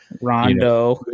Rondo